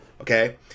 Okay